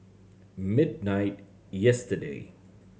midnight yesterday